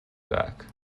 back